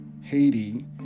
Haiti